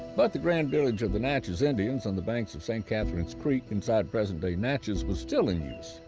but the grand village of the natchez indians on the banks of st. catherine's creek inside present day natchez was still in use.